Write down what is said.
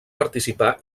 participar